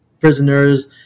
prisoners